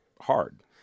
hard